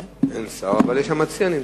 אין שר, אבל המציע נמצא.